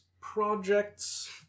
Projects